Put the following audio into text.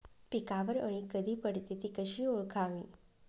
पिकावर अळी कधी पडते, ति कशी ओळखावी?